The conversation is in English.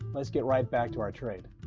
let's get right back to our trade.